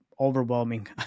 Overwhelming